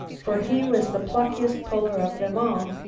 for he was the pluckiest puller of them all.